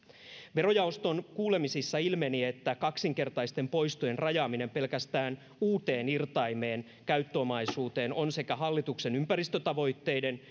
verojaoston kuulemisissa ilmeni että kaksinkertaisten poistojen rajaaminen pelkästään uuteen irtaimeen käyttöomaisuuteen on sekä hallituksen ympäristötavoitteiden